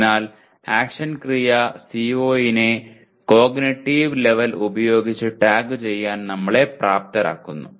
അതിനാൽ ആക്ഷൻ ക്രിയ CO നെ കോഗ്നിറ്റീവ് ലെവൽ ഉപയോഗിച്ച് ടാഗുചെയ്യാൻ നമ്മളെ പ്രാപ്തരാക്കുന്നു